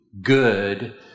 good